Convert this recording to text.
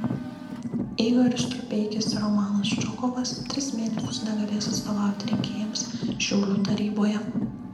igoris strupeikis ir romanas čokovas tris mėnesius negalės atstovauti rinkėjams šiaulių taryboje